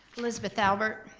elizabeth albert,